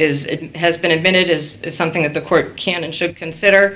is it has been admitted is something that the court can and should consider